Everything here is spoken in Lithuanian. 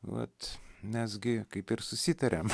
vat nesgi kaip ir susitarėm